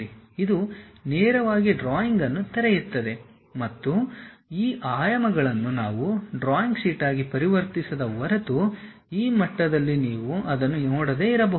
ಇದು ನೇರವಾಗಿ ಡ್ರಾಯಿಂಗ್ ಅನ್ನು ತೆರೆಯುತ್ತದೆ ಮತ್ತು ಈ ಆಯಾಮಗಳನ್ನು ನಾವು ಡ್ರಾಯಿಂಗ್ ಶೀಟ್ ಆಗಿ ಪರಿವರ್ತಿಸದ ಹೊರತು ಈ ಮಟ್ಟದಲ್ಲಿ ನೀವು ಅದನ್ನು ನೋಡದೇ ಇರಬಹುದು